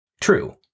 True